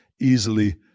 easily